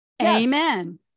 Amen